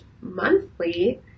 monthly